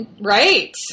Right